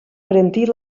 garantir